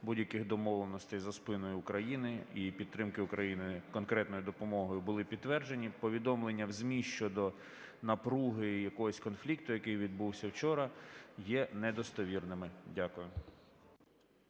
будь-яких домовленостей за спиною України і підтримки України конкретною допомогою були підтверджені. Повідомлення в ЗМІ щодо напруги і якогось конфлікту, який відбувся вчора, є недостовірними. Дякую.